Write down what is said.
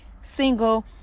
single